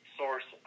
source